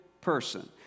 person